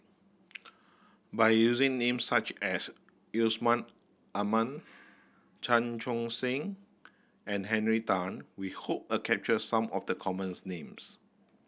by using names such as Yusman Aman Chan Chun Sing and Henry Tan we hope a capture some of the commons names